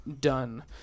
done